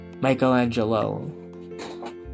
Michelangelo